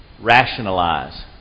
rationalize